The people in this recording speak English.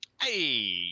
Hey